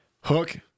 Hook